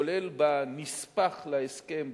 כולל בנספח להסכם,